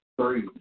three